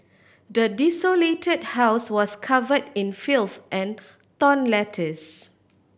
the desolated house was cover in filth and torn letters